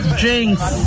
drinks